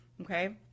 Okay